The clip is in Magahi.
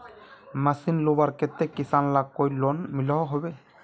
मशीन लुबार केते किसान लाक कोई लोन मिलोहो होबे?